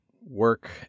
work